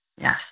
Yes